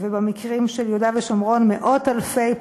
ובמקרים של יהודה ושומרון מאות אלפי,